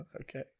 Okay